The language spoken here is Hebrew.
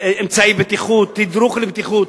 אמצעי בטיחות, תדרוך לבטיחות.